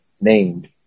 named